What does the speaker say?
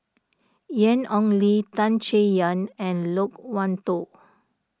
Ian Ong Li Tan Chay Yan and Loke Wan Tho